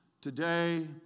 Today